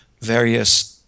various